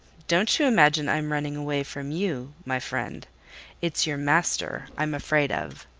don't you imagine i'm running away from you, my friend it's your master i'm afraid of.